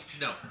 No